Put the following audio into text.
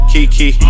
Kiki